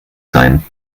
sein